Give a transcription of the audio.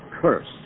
curse